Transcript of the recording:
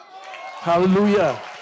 Hallelujah